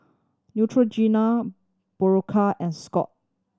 Neutrogena Berocca and Scott